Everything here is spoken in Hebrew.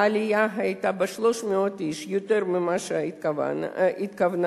העלייה היתה ב-300 איש יותר ממה שהממשלה התכוונה